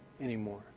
anymore